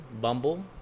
bumble